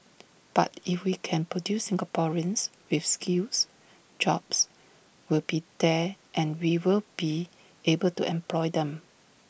but if we can produce Singaporeans with skills jobs will be there and we will be able to employ them